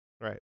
right